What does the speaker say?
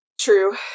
true